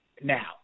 now